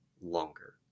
longer